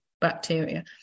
bacteria